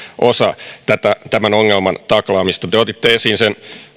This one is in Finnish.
osa tämän ongelman taklaamista te otitte esiin sen